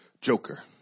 joker